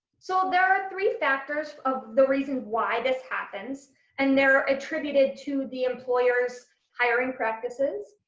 so there are three factors of the reason why this happens and they're attributed to the employers hiring practices,